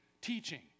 teaching